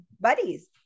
buddies